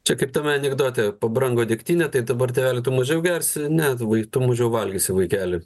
čia kaip tame anekdote pabrango degtinė tai dabar tėveli tu mažiau gersi ne tu vai tu mažiau valgysi vaikeli